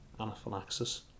anaphylaxis